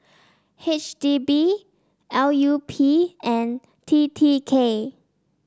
H D B L U P and T T K